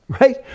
right